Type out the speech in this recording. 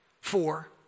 four